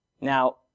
Now